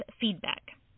feedback